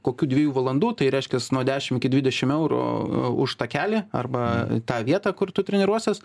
kokių dviejų valandų tai reiškias nuo dešimt iki dvidešimt eurų už takelį arba tą vietą kur tu treniruosies